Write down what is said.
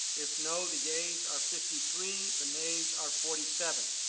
if no the yeas are fifty three the nays are forty seven.